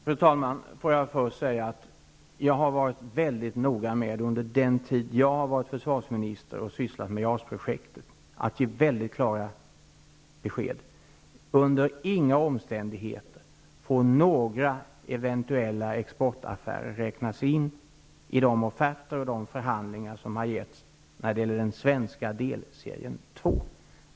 Fru talman! Under den tid jag har varit försvarsminister och sysslat med JAS-projektet har jag varit noga med att ge klara besked om att några eventuella exportaffärer under inga omständigheter får några eventuella exportaffärer räknas in i de offerter som har tagits fram och de förhandlingar som har genomförts för delserie 2.